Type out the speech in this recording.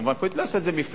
לא לעשות את זה מפלגתי,